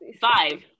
five